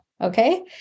okay